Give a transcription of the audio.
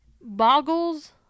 boggles